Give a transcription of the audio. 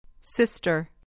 Sister